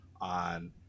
on